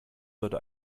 sollte